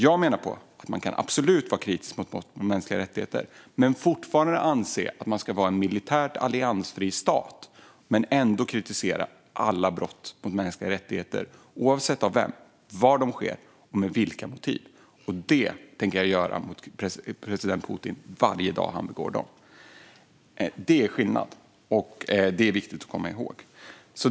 Jag menar att man absolut kan vara kritisk till brott mot mänskliga rättigheter men fortfarande anse att vi ska vara en militärt alliansfri stat. Man kan ändå kritisera alla brott mot mänskliga rättigheter, oavsett av vem de begås, var de sker och med vilka motiv. Det tänker jag göra mot president Putin varje dag som han begår sådana brott. Det är skillnad, och det är viktigt att komma ihåg.